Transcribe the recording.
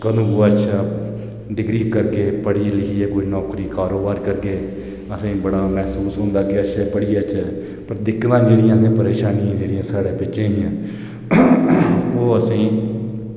कदूं डिग्री करगे पढ़ी लिखियै कोई नौकरी कारोबार करगे असें बड़ा मैहसूस होंदा के अच्छे पढ़ी जाह्चै पर दिक्क्तां जेह्ड़ियां असें परेशानियां जेह्ड़ियां साढ़े बिच्चें हियां ओह् असेंई